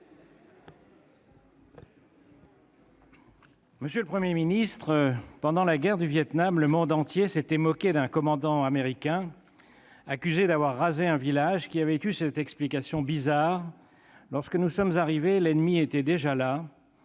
Monsieur le Premier ministre, pendant la guerre du Vietnam, le monde entier s'était moqué d'un commandant américain, accusé d'avoir rasé un village, qui avait eu cette explication bizarre :« Lorsque nous sommes arrivés, l'ennemi était déjà là.